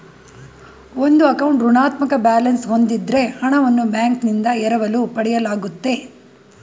ಒಂದು ಅಕೌಂಟ್ ಋಣಾತ್ಮಕ ಬ್ಯಾಲೆನ್ಸ್ ಹೂಂದಿದ್ದ್ರೆ ಹಣವನ್ನು ಬ್ಯಾಂಕ್ನಿಂದ ಎರವಲು ಪಡೆಯಲಾಗುತ್ತೆ